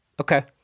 okay